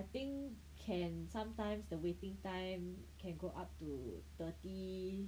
I think can sometimes the waiting time can go up to thirty